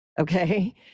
Okay